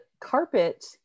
carpet